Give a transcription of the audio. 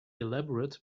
elaborate